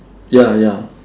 ya ya